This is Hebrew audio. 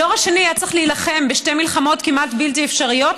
הדור השני היה צריך להילחם בשתי מלחמות כמעט בלתי אפשריות,